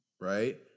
right